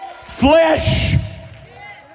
Flesh